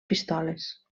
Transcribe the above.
pistoles